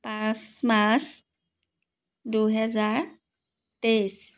পাঁচ মাৰ্চ দুহেজাৰ তেইছ